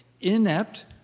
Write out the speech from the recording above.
inept